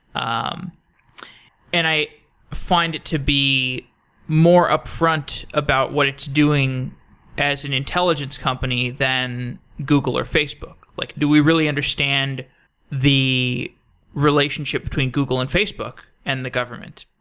um and i find it to be more upfront about what it's doing as an intelligence company than google or facebook. like do we really understand the relationship between google and facebook and the government?